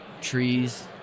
trees